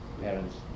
parents